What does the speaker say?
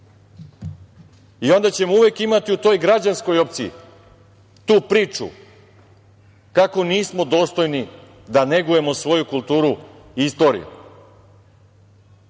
i onda ćemo uvek imati u toj građanskoj opciji, tu priču kako nismo dostojni da negujemo svoju kulturu i istoriju. Imamo